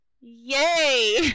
Yay